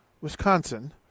Wisconsin